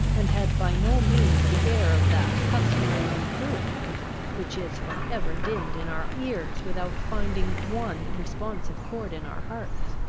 and had by no means the air of that customary reproof which is for ever dinned in our ears without finding one responsive chord in our hearts.